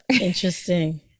interesting